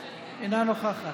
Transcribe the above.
אינה נוכחת,